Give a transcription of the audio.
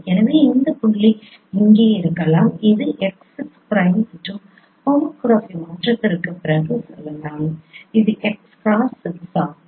எனவே இந்த புள்ளி இங்கே இருக்கலாம் இது x 6 பிரைம் மற்றும் ஹோமோகிராஃபி மாற்றத்திற்குப் பிறகு சொல்லலாம் இது H x 6 ஆகும்